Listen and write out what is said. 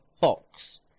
box